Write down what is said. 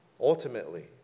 Ultimately